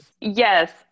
yes